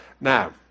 Now